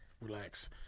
Relax